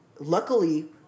Luckily